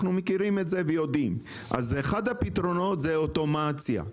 אחד הפתרונות הוא אוטומציה,